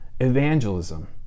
evangelism